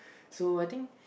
so I think